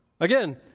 Again